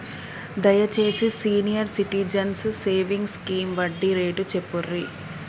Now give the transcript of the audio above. దయచేసి senior citizens savings scheme వడ్డీ rate చెప్పుర్రి